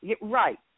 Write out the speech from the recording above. Right